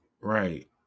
Right